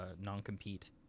non-compete